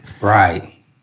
Right